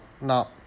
no